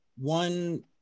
one